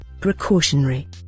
precautionary